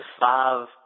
five